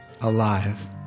alive